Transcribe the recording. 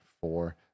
four